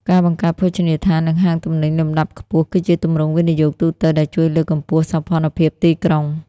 ការបង្កើតភោជនីយដ្ឋាន និងហាងទំនិញលំដាប់ខ្ពស់ គឺជាទម្រង់វិនិយោគទូទៅដែលជួយលើកកម្ពស់សោភ័ណភាពទីក្រុង។